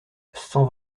cent